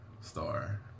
star